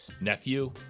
Nephew